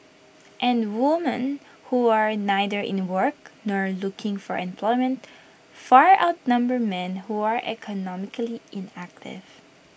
and woman who are neither in the work nor looking for employment far outnumber men who are economically inactive